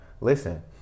listen